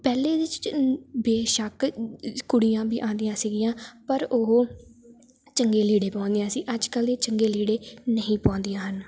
ਪਹਿਲੇ ਬੇਸ਼ੱਕ ਕੁੜੀਆਂ ਵੀ ਆਉਂਦੀਆਂ ਸੀਗੀਆਂ ਪਰ ਉਹ ਚੰਗੇ ਲੀੜੇ ਪਾਉਂਦੀਆਂ ਸੀ ਅੱਜ ਕੱਲ੍ਹ ਦੇ ਚੰਗੇ ਲੀੜੇ ਨਹੀਂ ਪਾਉਂਦੀਆਂ ਹਨ